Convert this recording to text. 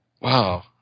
Wow